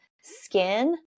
skin